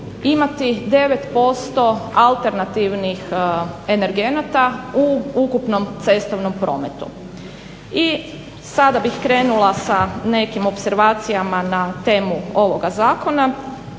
imati 9% alternativnih energenata u ukupnom cestovnom prometu. I sada bih krenula sa nekim opservacijama na temu ovoga zakona,